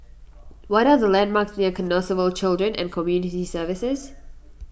what are the landmarks near Canossaville Children and Community Services